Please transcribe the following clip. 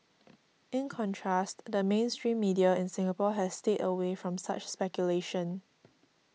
in contrast the mainstream media in Singapore has stayed away from such speculation